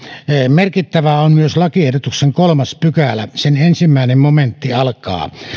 merkittävää on myös lakiehdotuksen kolmas pykälä sen ensimmäinen momentti alkaa